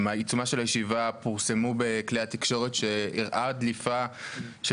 בעיצומה של הישיבה פורסמו בכלי התקשורת שאירעה דליפה של